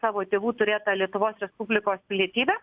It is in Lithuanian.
savo tėvų turėtą lietuvos respublikos pilietybę